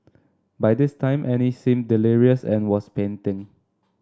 by this time Annie seemed delirious and was panting